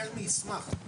הישיבה נעולה.